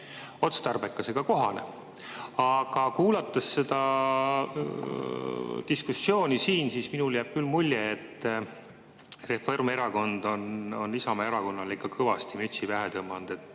otstarbekas ega kohane. Aga kuulates seda diskussiooni siin, minul jääb küll mulje, et Reformierakond on Isamaa Erakonnale ikka kõvasti mütsi pähe tõmmanud.